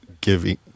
giving